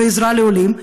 ועזרה לעולים,